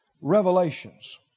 revelations